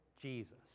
Jesus